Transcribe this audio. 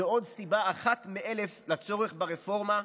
זאת עוד סיבה אחת מאלף לצורך ברפורמה,